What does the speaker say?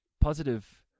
positive